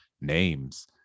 names